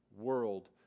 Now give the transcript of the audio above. world